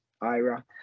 Ira